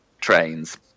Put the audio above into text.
trains